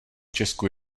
česku